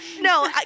no